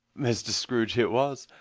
mr. scrooge it was.